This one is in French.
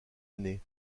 année